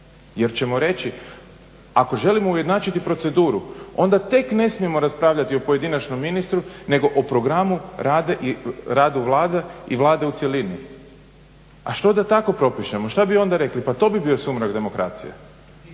jer ćemo reći ako želimo ujednačiti proceduru onda tek ne smijemo raspravljati o pojedinačnom ministru, nego o programu i radu Vlade i Vlade u cjelini. A što da tako propišemo, šta bi onda rekli, pa to bi bio sumrak demokracije.